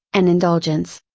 an indulgence.